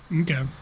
okay